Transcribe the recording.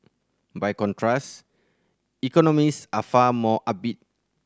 by contrast economist are far more upbeat